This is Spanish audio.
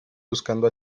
buscando